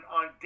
on